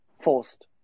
forced